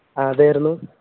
ആരായിരുന്നു